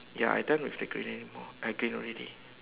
ya I done with the green anymore uh green already